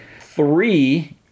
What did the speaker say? Three